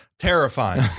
Terrifying